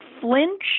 flinch